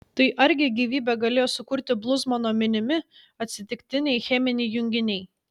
tai argi gyvybę galėjo sukurti bluzmano minimi atsitiktiniai cheminiai junginiai